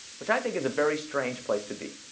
which i think is a very strange place to be.